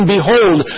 Behold